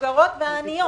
המבוגרות והעניות.